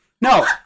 No